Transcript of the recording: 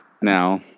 now